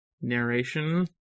narration